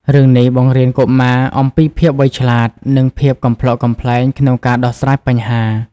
រឿងនេះបង្រៀនកុមារអំពីភាពវៃឆ្លាត និងភាពកំប្លុកកំប្លែងក្នុងការដោះស្រាយបញ្ហា។